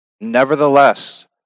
Nevertheless